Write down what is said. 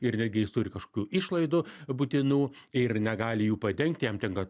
ir netgi jis turi kažkokių išlaidų būtinų ir negali jų padengti jam tenka